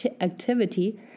activity